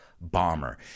bomber